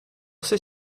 sait